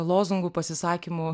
lozungų pasisakymų